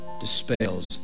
dispels